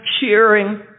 cheering